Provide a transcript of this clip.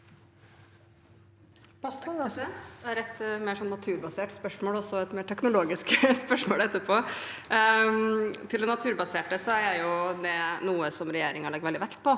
Jeg har et natur- basert spørsmål og et mer teknologisk spørsmål etterpå. Til det naturbaserte: Dette er noe regjeringen legger veldig